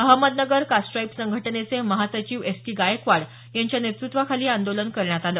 अहमदनगर कास्ट्राईब संघटनेचे महासचिव S T Gaikwad यांच्या नेतृत्वाखाली हे आंदोलन करण्यात आलं